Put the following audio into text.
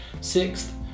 sixth